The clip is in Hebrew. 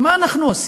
מה אנחנו עושים?